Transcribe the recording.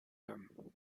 them